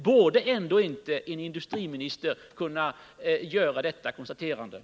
Borde ändå inte en industriminister kunna se varven i ett större sammanhang?